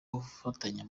gufatanya